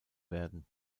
werden